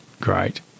great